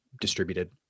distributed